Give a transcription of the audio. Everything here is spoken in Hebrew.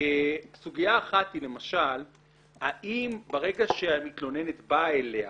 סוגיה אחת היא למשל האם ברגע שהמתלוננת באה אליה